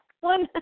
one